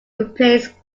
replace